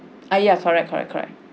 ah yeah correct correct correct